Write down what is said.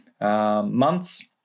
months